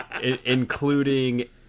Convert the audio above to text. Including